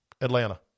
Atlanta